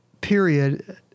period